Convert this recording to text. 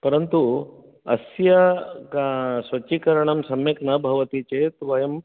परन्तु अस्य स्वच्छीकरणं सम्यक् न भवति चेत् वयं